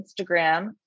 Instagram